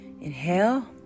inhale